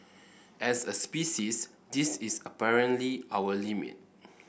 as a species this is apparently our limit